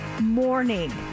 morning